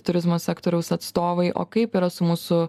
turizmo sektoriaus atstovai o kaip yra su mūsų